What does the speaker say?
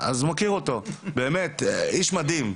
איש מדהים.